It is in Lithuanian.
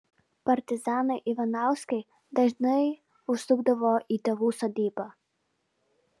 partizanai ivanauskai dažnai užsukdavo į tėvų sodybą